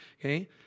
Okay